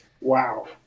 Wow